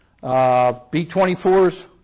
B-24s